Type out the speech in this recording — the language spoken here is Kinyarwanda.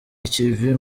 ikivi